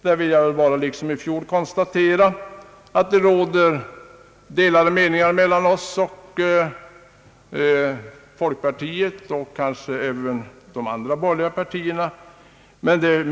Detta är en gammal fråga, i vilken det — såsom fallet var också i fjol — råder delade meningar mellan oss å ena sidan och folkpartiet och kanske även de andra borgerliga partierna å andra sidan.